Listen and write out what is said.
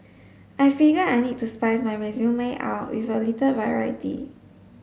I figured I needed to spice my resume up with a little variety